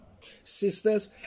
Sisters